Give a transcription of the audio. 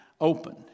open